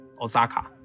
Osaka